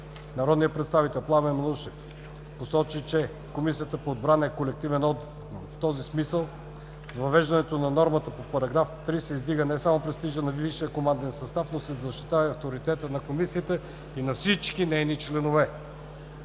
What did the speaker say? Народният представител Пламен Манушев посочи, че Комисията по отбрана е колективен орган. В този смисъл с въвеждането на нормата по § 3 се издига не само престижът на Висшия военен състав, но се защитава авторитетът на Комисията и всички нейни членове.